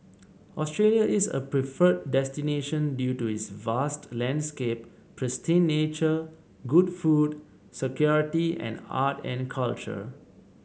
Australia is a preferred destination due to its vast landscape pristine nature good food security and art and culture